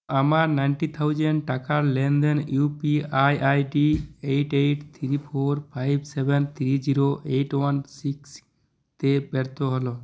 আমার ninety thousand টাকার লেনদেন UPI ID eight eight three four five seven three zero eight one six তে ব্যর্থ হল